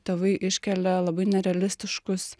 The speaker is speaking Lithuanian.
tėvai iškelia labai nerealistiškus